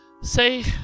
say